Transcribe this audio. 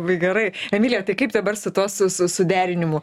labai gerai emilija tai kaip dabar su tuo suderinimu